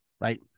right